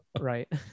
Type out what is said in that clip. Right